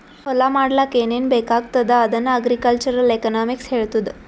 ಹೊಲಾ ಮಾಡ್ಲಾಕ್ ಏನೇನ್ ಬೇಕಾಗ್ತದ ಅದನ್ನ ಅಗ್ರಿಕಲ್ಚರಲ್ ಎಕನಾಮಿಕ್ಸ್ ಹೆಳ್ತುದ್